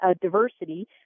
diversity